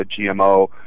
GMO